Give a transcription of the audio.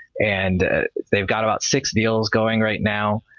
and they've got about six deals going right now.